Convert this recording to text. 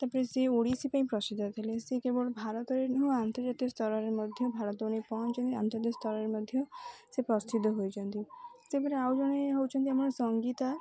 ତା'ପରେ ସିଏ ଓଡ଼ିଶୀ ପାଇଁ ପ୍ରସିଦ୍ଧ ଥିଲେ ସିଏ କେବଳ ଭାରତରେ ଆନ୍ତର୍ଜାତୀୟ ସ୍ତରରେ ମଧ୍ୟ ଭାରତ ନେଇ ପହଞ୍ଚିଛନ୍ତି ଆନ୍ତର୍ଜାତିକ ସ୍ତରରେ ମଧ୍ୟ ସେ ପ୍ରସିଦ୍ଧ ହୋଇଛନ୍ତି ସେପରି ଆଉ ଜଣେ ହେଉଛନ୍ତି ଆମର ସଙ୍ଗୀତା